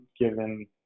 given